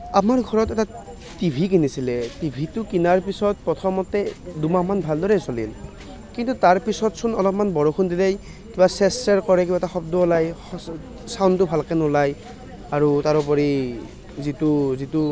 আমাৰ ঘৰত এটা টিভি কিনিছিলে টিভিটো কিনাৰ পিছত প্ৰথমতে দুমাহমান ভালদৰেই চলিল কিন্তু তাৰপিছত চোন অলপমান বৰষুণ দিলেই কিবা চেৰ্ চেৰ্ কৰে কিবা এটা শব্দ ওলাই ছাউণ্ডটো ভালকে নোলায় আৰু তাৰ উপৰি যিটো যিটো